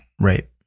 right